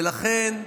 ולכן,